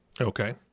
Okay